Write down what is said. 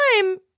time